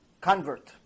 convert